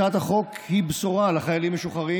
הצעת החוק היא בשורה לחיילים משוחררים,